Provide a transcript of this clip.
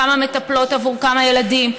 כמה מטפלות עבור כמה ילדים,